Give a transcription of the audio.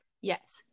Yes